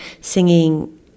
singing